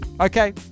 Okay